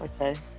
okay